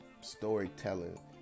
storytelling